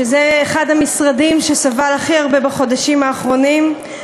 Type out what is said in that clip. שזה אחד המשרדים שסבל הכי הרבה בחודשים האחרונים,